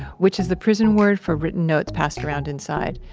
which is the prison word for written notes passed around inside.